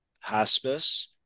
hospice